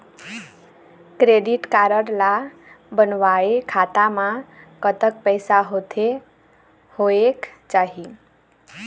Credit card ला बनवाए खाता मा कतक पैसा होथे होएक चाही?